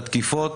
התקיפות,